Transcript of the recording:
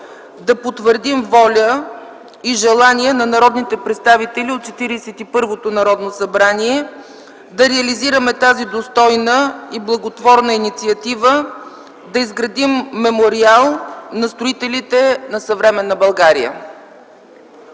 да потвърдим воля и желание на народните представители от 41-то Народно събрание да реализираме тази достойна и благотворна инициатива - да изградим мемориал на строителите на съвременна България.